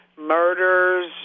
murders